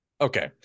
Okay